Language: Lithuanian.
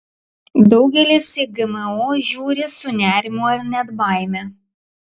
daugelis į gmo žiūri su nerimu ar net baime